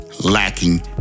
lacking